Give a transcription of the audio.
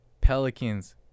Pelicans